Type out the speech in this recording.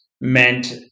meant